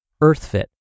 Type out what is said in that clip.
EarthFit